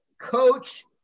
Coach